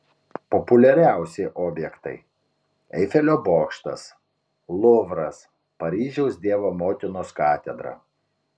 populiariausi objektai eifelio bokštas luvras paryžiaus dievo motinos katedra